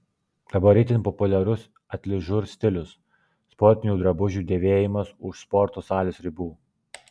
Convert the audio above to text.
dabar itin populiarus atližur stilius sportinių drabužių dėvėjimas už sporto salės ribų